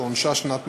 שעונשה שנת מאסר.